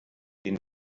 den